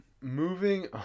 Moving